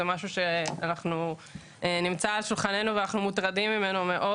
זה משהו שנמצא על שולחננו ואנחנו מוטרדים ממנו מאוד.